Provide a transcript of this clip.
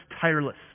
tireless